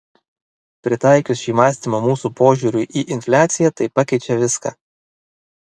pritaikius šį mąstymą mūsų požiūriui į infliaciją tai pakeičia viską